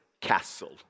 castle